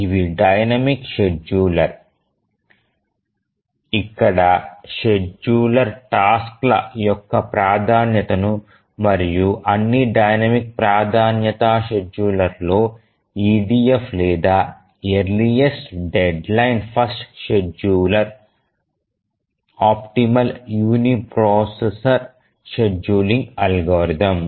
ఇవి dynamic scheduler ఇక్కడ scheduler task ల యొక్క ప్రాధాన్యతను మరియు అన్ని డైనమిక్ ప్రాధాన్యతా షెడ్యూలర్లలో EDF లేదా earliest deadline first scheduler optimal uniprocessor scheduling algorithm